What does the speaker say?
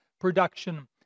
production